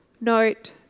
Note